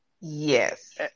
Yes